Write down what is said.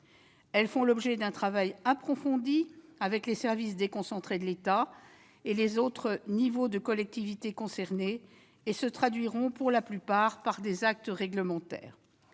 font l'objet d'un travail approfondi avec les services déconcentrés de l'État et les autres niveaux de collectivités concernées ; elles se traduiront, pour la plupart, par des actes réglementaires.